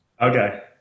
Okay